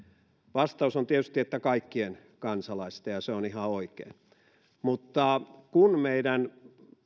vastaus on tietysti että kaikkien kansalaisten ja se on ihan oikein mutta kun meidän